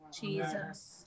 Jesus